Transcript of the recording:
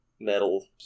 metal